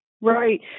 Right